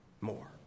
more